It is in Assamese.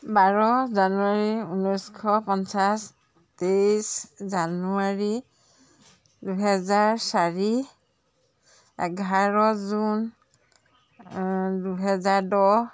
বাৰ জানুৱাৰী ঊনৈছশ পঞ্চাছ তেইছ জানুৱাৰী দুহেজাৰ চাৰি এঘাৰ জুন দুহেজাৰ দহ